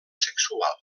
sexual